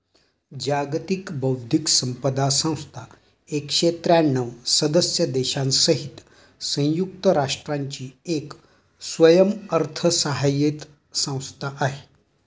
जागतिक बौद्धिक संपदा संस्था एकशे त्र्यांणव सदस्य देशांसहित संयुक्त राष्ट्रांची एक स्वयंअर्थसहाय्यित संस्था आहे